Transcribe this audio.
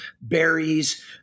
berries